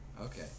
Okay